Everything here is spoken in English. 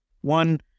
One